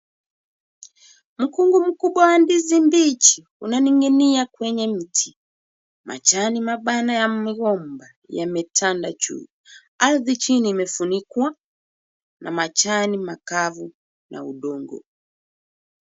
Mkungu mkubwa wa ndizi mbichi unaning'inia kwenye mti. Majani mapana ya mgomba yametanda juu. Ardhi chini imefunikwa na majani makavu na udongo.